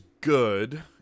good